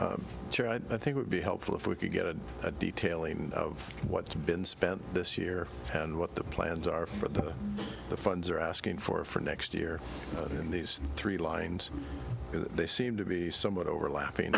ok i think would be helpful if we could get a detailing of what's been spent this year and what the plans are for the funds are asking for for next year in these three lines because they seem to be somewhat overlapping